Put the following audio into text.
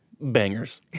bangers